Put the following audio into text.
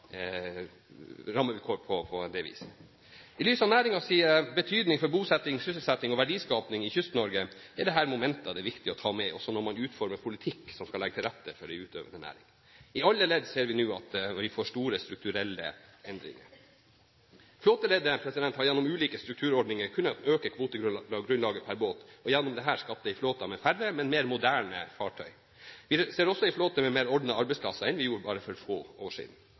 i Kyst-Norge er dette momenter det er viktig å ta med også når man utformer politikk som skal legge til rette for en utøvende næring. I alle ledd ser vi nå store strukturelle endringer. Flåteleddet har gjennom ulike struktureringsordninger kunnet øke kvotegrunnlaget per båt og gjennom dette skapt en flåte med færre, men mer moderne fartøy. Vi ser også en flåte med mer ordnede arbeidsplasser enn vi gjorde for bare få år siden.